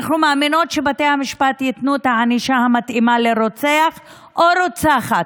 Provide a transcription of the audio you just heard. אנחנו מאמינות שבתי המשפט ייתנו את הענישה המתאימה לרוצח או לרוצחת.